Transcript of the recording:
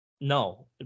No